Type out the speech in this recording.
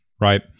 right